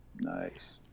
Nice